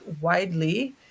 widely